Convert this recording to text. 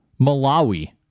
Malawi